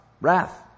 wrath